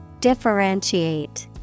Differentiate